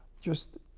just,